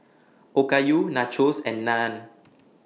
Okayu Nachos and Naan